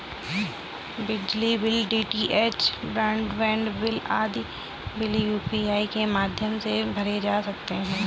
बिजली bill, DTH broadband bill आदि bill UPI माध्यम से भरे जा सकते हैं